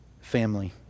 family